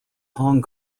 hong